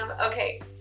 okay